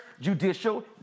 judicial